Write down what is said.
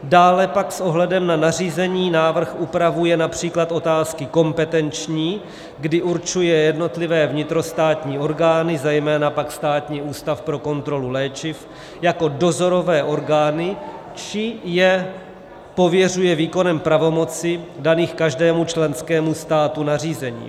Dále pak s ohledem na nařízení návrh upravuje například otázky kompetenční, kdy určuje jednotlivé vnitrostátní orgány, zejména pak Státní ústav pro kontrolu léčiv, jako dozorové orgány či je pověřuje výkonem pravomocí daných každému členskému státu nařízením.